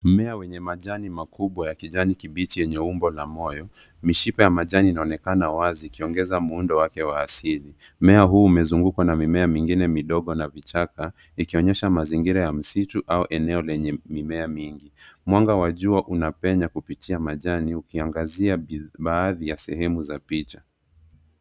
Mmea wenye majani makubwa ya kijani kibichi yenye umbo la moyo, mishipa majani inaonekana wazi ikiongeza muundo wake wa asili. Mmea huu umezungukwa na mmea mingine midogo na vichaka ikionyesha mazingira ya msitu au eneo lenye mimea mingi. Mwanga wa jua una penya kupitia majani ukiangazia baadhi ya sehemu za picha.